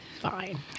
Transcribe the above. fine